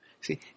See